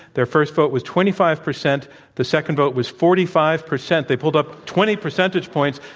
their first vote was twenty five percent the second vote was forty five percent. they pulled up twenty percentage points.